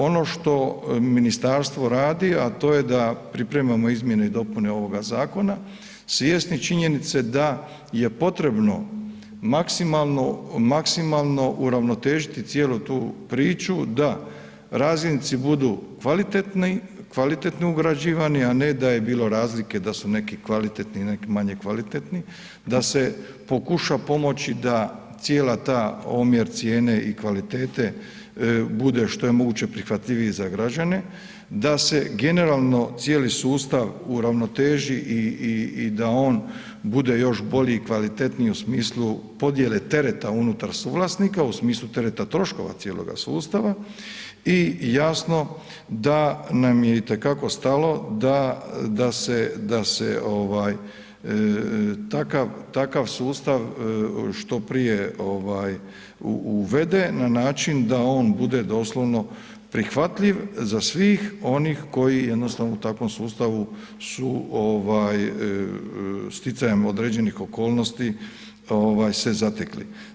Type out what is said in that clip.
Ono što ministarstvo radi, a to je da pripremao izmjene i dopune ovoga zakona svjesni činjenice da je potrebno maksimalno, maksimalno uravnotežiti cijelu tu priču da razdjelnici budu kvalitetni, kvalitetno ugrađivani, a ne da je bilo razlike da su neki kvalitetni, a neki manje kvalitetni, a se pokuša pomoći da cijela ta omjer cijene i kvalitete bude što je moguće prihvatljiviji za građane, da se generalno cijeli sustav uravnoteži i da on bude još bolji i kvalitetniji u smislu podjele tereta unutar suvlasnika u smislu tereta troškova cijeloga sustava i jasno da nam je i te kako stalo da se ovaj, da se ovaj takav sustav što prije ovaj uvede na način da on bude doslovno prihvatljiv za svih onih koji jednostavno u takvom sustavu su ovaj sticajem određenih okolnosti ovaj se zatekli.